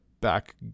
back